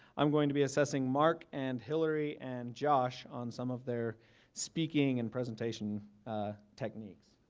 i'm going to be assessing mark and hilary and josh on some of their speaking and presentation techniques.